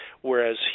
whereas